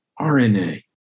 RNA